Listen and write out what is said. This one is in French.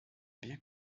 bien